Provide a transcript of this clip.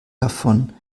davon